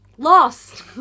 Lost